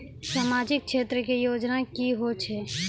समाजिक क्षेत्र के योजना की होय छै?